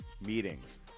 meetings